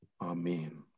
Amen